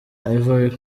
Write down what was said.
ivory